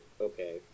okay